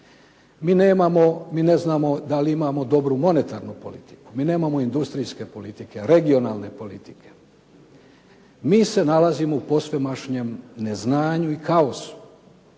Mi ne znamo da li imamo dobru monetarnu politiku, mi nemamo industrijske politike, regionalne politike. Mi se nalazimo u posvemašnjem neznanju i kaosu.